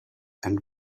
and